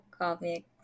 comics